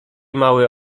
mały